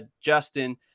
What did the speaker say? Justin